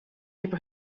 paper